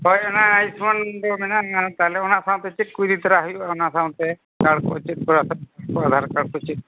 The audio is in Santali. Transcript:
ᱦᱳᱭ ᱚᱱᱟ ᱟᱭ ᱢᱮᱱᱟᱜᱼᱟ ᱛᱟᱦᱚᱞᱮ ᱚᱱᱟ ᱥᱟᱶᱛᱮ ᱪᱮᱫ ᱠᱚ ᱤᱫᱤ ᱛᱚᱨᱟᱭ ᱦᱩᱭᱩᱜᱼᱟ ᱚᱱᱟ ᱥᱟᱶᱛᱮ ᱠᱟᱨᱰ ᱠᱚ ᱪᱮᱫ ᱠᱚ ᱟᱫᱷᱟᱨ ᱠᱟᱨᱰ ᱠᱚ ᱪᱮᱫ ᱠᱚ